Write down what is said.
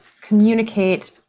communicate